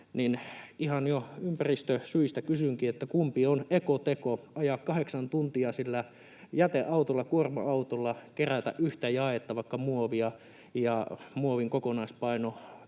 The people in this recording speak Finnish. Ihan jo ympäristösyistä kysynkin, kumpi on ekoteko, ajaa kahdeksan tuntia sillä jäteautolla, kuorma-autolla, kerätä yhtä jaetta, vaikka muovia, ja muovin kokonaispaino